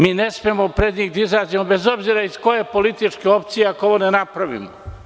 Mi ne smemo pred njih da izađemo bez obzira iz koje političke opcije, ako ovo ne napravimo.